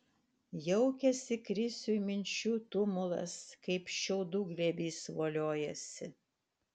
jaukiasi krisiui minčių tumulas kaip šiaudų glėbys voliojasi